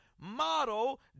model